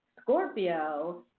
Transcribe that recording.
Scorpio